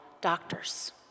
doctors